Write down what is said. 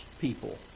people